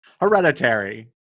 Hereditary